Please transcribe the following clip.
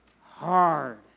hard